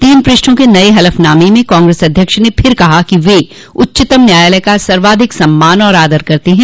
तीन पृष्ठों के नये हलफनामे में कांग्रेस अध्यक्ष ने फिर कहा कि वे उच्चतम न्यायालय का सर्वाधिक सम्मान और आदर करते हैं